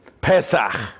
Pesach